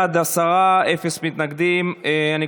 בעד, עשרה, אין מתנגדים, אין נמנעים.